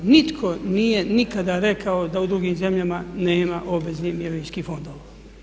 Nitko nije nikada rekao da u drugim zemljama nema obveznih mirovinskih fondova.